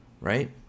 Right